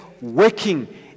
working